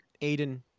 Aiden